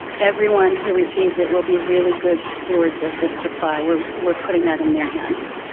everyone who receives it will be really good stewards of this supply, we're we're putting that in their hands.